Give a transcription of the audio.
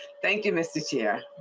thank you miss this year.